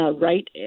right